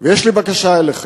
ויש לי בקשה אליכם.